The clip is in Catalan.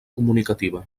comunicativa